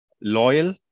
loyal